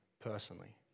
personally